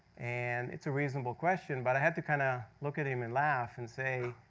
and it's a reasonable question. but i had to kind of look at him and laugh and say,